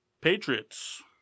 Patriots